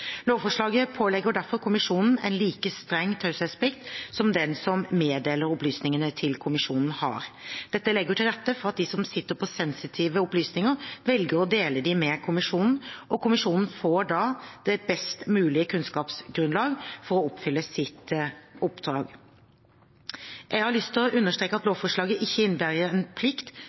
Lovforslaget pålegger derfor kommisjonen en like streng taushetsplikt som den som meddeler opplysningene til kommisjonen, har. Dette legger til rette for at de som sitter på sensitive opplysninger, velger å dele dem med kommisjonen, og kommisjonen får da et best mulig kunnskapsgrunnlag for å oppfylle sitt oppdrag. Jeg har lyst til å understreke at lovforslaget ikke innebærer en plikt